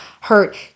hurt